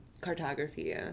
cartography